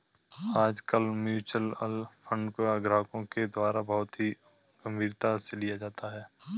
आजकल mutual fund को ग्राहकों के द्वारा बहुत ही गम्भीरता से लिया जाता है